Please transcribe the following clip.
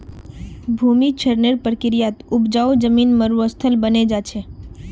भूमि क्षरनेर प्रक्रियात उपजाऊ जमीन मरुस्थल बने जा छे